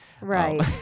Right